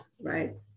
Right